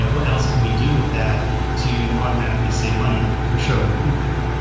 ah what else can we do with that to automatically save money? and for sure, we're looking there.